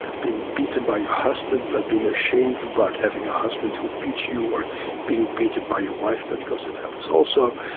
being beaten by your husband but being ashamed about having a husband who beats you, or being beaten by your wife, of but course that happens also.